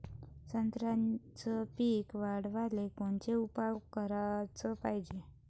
संत्र्याचं पीक वाढवाले कोनचे उपाव कराच पायजे?